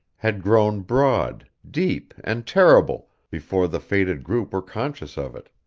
had grown broad, deep, and terrible, before the fated group were conscious of it.